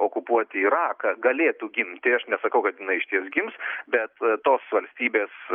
okupuoti iraką galėtų gimti aš nesakau kad jinai išties gims bet tos valstybės